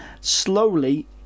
Slowly